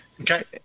Okay